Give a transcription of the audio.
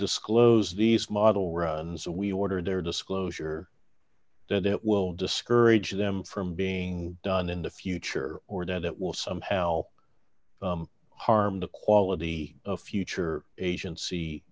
disclose these model runs we ordered their disclosure that it will discourage them from being done in the future or that it will somehow harm the quality of future agency